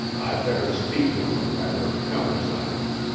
i'd better speak to him on the matter of countersigns.